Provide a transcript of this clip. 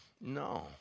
No